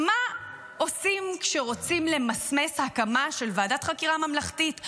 מה עושים כשרוצים למסמס הקמה של ועדת חקירה ממלכתית?